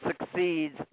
succeeds